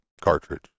cartridge